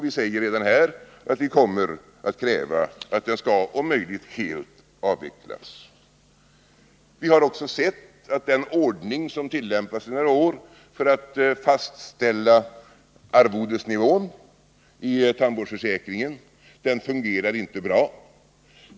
Vi säger redan här att vi kommer att kräva att den skall om möjligt helt avvecklas. Vi har också sett att den ordning som tillämpas sedan några år för att fastställa arvodesnivån i tandvårdsförsäkringen inte fungerar bra.